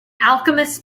alchemist